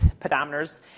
pedometers